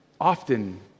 often